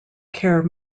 care